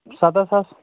سَداہ ساس